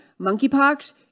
monkeypox